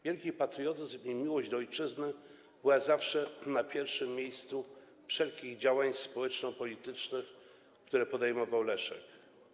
Wielki patriotyzm, miłość do ojczyzny była zawsze na pierwszym miejscu wszelkich działań społeczno-politycznych, które podejmował Leszek.